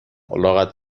الاغت